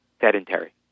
sedentary